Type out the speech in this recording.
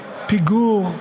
פיגור,